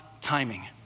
timing